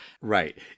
right